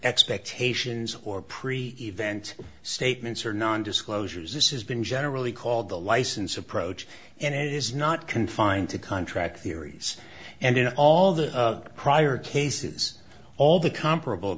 expectations or pre event statements or non disclosures this has been generally called the license approach and it is not confined to contract theories and all the prior cases all the comparable